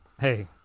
hey